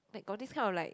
like got this kind of like